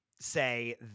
say